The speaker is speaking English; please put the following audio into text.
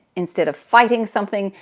instead of fighting something,